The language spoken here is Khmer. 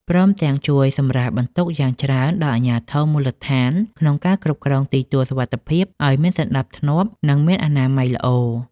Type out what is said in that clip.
ព្រមទាំងជួយសម្រាលបន្ទុកយ៉ាងច្រើនដល់អាជ្ញាធរមូលដ្ឋាន ក្នុងការគ្រប់គ្រងទីទួលសុវត្ថិភាពឱ្យមានសណ្ដាប់ធ្នាប់ និងមានអនាម័យល្អ។